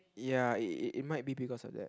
ya it it it might be because of that